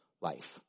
life